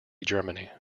germany